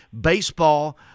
Baseball